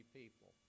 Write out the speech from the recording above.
people